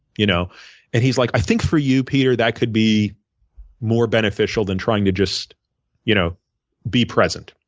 you know and he's like, i think for you, peter, that could be more beneficial than trying to just you know be present.